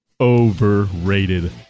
overrated